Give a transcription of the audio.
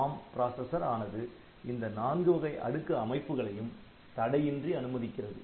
ARM processor ஆனது இந்த நான்கு வகை அடுக்கு அமைப்புகளையும் தடையின்றி அனுமதிக்கிறது